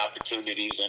opportunities